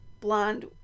blonde